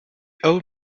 old